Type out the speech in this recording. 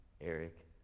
Eric